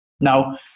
Now